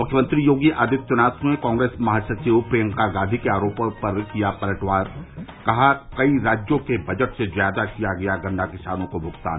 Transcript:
मुख्यमंत्री योगी आदित्यनाथ ने कांग्रेस महासचिव प्रियंका गांधी के आरोपों पर किया पलटवार कहा कई राज्यों के बजट से ज्यादा किया गया गन्ना किसानों को भुगतान